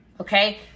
Okay